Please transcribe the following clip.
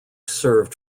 served